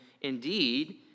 indeed